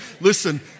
listen